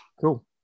Cool